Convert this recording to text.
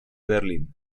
berlín